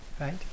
right